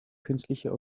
künstliche